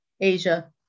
Asia